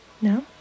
No